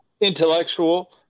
intellectual